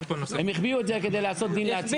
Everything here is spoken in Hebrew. הם החביאו את זה כדי לעשות דין לעצמם.